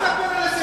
מה זה,